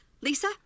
Lisa